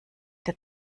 der